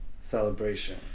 celebration